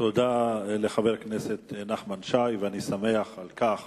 תודה לחבר הכנסת נחמן שי, ואני שמח על כך